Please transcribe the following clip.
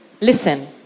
Listen